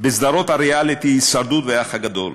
בסדרות הריאליטי "הישרדות" ו"האח הגדול",